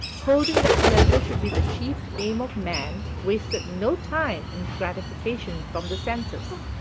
holding that pleasure should be the chief aim of man, wasted no time in gratification from the senses.